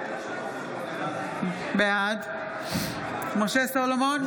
בעד משה סולומון,